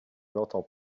l’entends